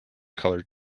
color